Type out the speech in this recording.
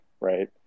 right